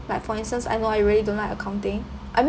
like for instance I know I really don't like accounting I mean